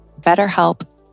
BetterHelp